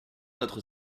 notre